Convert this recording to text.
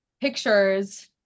pictures